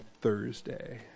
Thursday